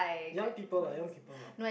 young people lah young people lah